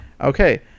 Okay